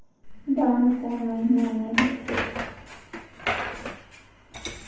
धान कोन महीना मे होथे?